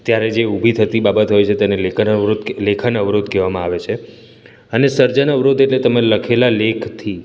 ત્યારે જે ઉભી થતી બાબત હોય છે તેને લેખન અવરોધ લેખન અવરોધ કહેવામાં આવે છે અને સર્જન અવરોધ એટલે તમે લખેલા લેખથી